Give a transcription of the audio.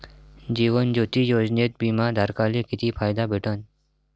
जीवन ज्योती योजनेत बिमा धारकाले किती फायदा भेटन?